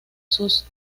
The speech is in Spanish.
sus